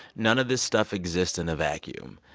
none of this stuff exists in a vacuum.